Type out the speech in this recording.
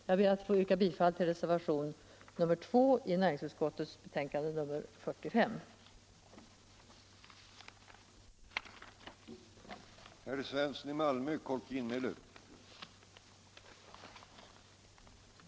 Jag ber att få yrka bifall till reservationen 2 vid näringsutskottets betänkande 1975/76:45.